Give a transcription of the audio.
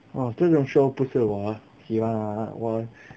oh 这种 show 不是我喜欢的我